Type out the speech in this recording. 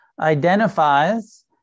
identifies